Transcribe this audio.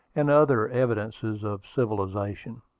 and other evidences of civilization.